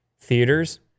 theaters